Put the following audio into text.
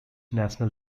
national